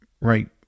Right